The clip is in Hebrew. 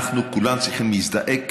אנחנו כולם צריכים להזדעק